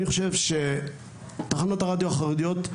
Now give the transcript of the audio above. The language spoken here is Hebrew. אני חושב שתחנות הרדיו החרדיות,